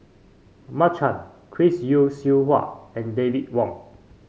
Mark Chan Chris Yeo Siew Hua and David Wong